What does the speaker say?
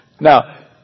Now